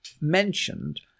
mentioned